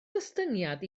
gostyngiad